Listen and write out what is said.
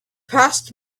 passed